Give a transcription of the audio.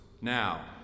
now